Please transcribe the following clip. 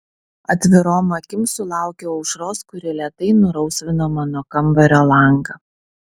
atvirom akim sulaukiau aušros kuri lėtai nurausvino mano kambario langą